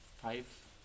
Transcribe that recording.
five